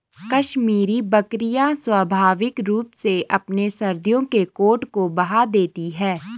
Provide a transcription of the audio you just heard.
कश्मीरी बकरियां स्वाभाविक रूप से अपने सर्दियों के कोट को बहा देती है